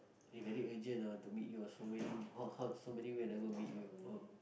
eh very urgent i want to meet you ah so many (uh huh) so many week I never meet you ah